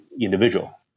individual